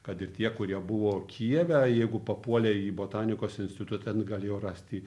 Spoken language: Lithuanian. kad ir tie kurie buvo kijeve jeigu papuolė į botanikos institutą ten galėjo rasti